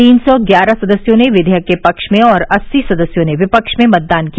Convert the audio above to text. तीन सौ ग्यारह सदस्यों ने विधेयक के पक्ष में और अस्सी सदस्यों ने विपक्ष में मतदान किया